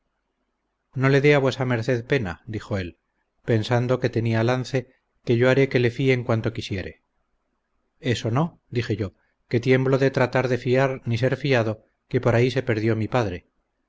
no le dé a vuesa merced pena dijo él pensando que tenía lance que yo haré que le fíen cuanto quisiere eso no dije yo que tiemblo de tratar de fiar ni ser fiado que por ahí se perdió mi padre